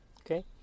okay